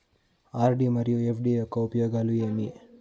RD మరియు FD యొక్క ఉపయోగాలు ఏమి?